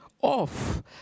off